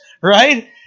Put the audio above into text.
right